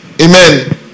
Amen